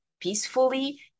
peacefully